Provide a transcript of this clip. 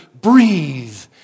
breathe